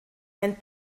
ein